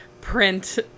print